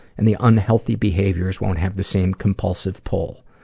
and the unhealthy behaviors won't have the same compulsive pull.